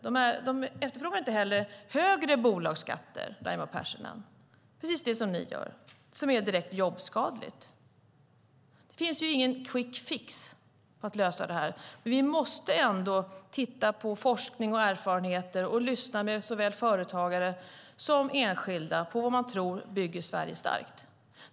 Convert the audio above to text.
De efterfrågar inte heller högre bolagsskatter, Raimo Pärssinen, vilket är precis det ni gör och vilket är direkt jobbskadligt. Det finns ingen quick fix för att lösa det här, men vi måste ändå titta på forskning och erfarenheter och lyssna på såväl företagare som enskilda när det gäller vad man tror bygger Sverige starkt.